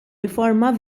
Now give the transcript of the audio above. riforma